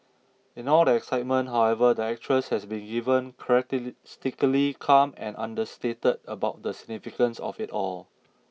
in all the excitement however the actress has been given characteristically calm and understated about the significance of it all